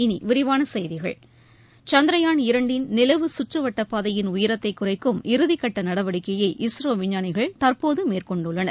இனி விரிவான செய்திகள் சந்திரயான் இரண்டின் நிலவு கற்று வட்டப் பாதையின் உயரத்தை குறைக்கும் இறுதிக்கட்ட நடவடிக்கையை இஸ்ரோ விஞ்ஞானிகள் தற்போது மேற்கொண்டுள்ளனர்